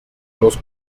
los